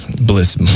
bliss